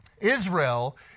Israel